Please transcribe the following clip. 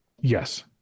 Yes